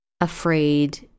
afraid